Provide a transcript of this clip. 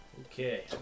Okay